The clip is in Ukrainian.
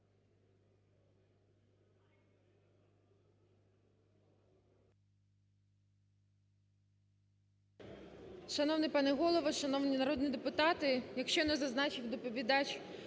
Шановний пане Голово, шановні народні депутати! Як щойно зазначив доповідач